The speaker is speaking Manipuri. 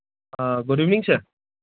ꯑ ꯒꯨꯠ ꯏꯚꯤꯅꯤꯡ ꯁꯥꯔ